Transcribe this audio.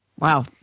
Wow